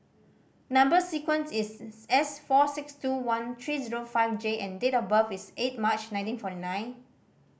number sequence is S four six two one three zero five J and date of birth is eight March nineteen forty nine